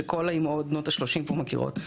שכל האימהות בנות ה-30 כבר מכירות.